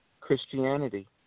Christianity